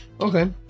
okay